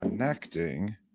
connecting